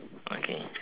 okay